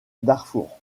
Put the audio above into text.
darfour